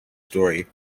story